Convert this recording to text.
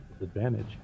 Advantage